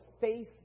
face